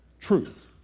Truth